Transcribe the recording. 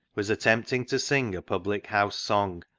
was attempting to sing a public-house song,